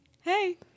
hey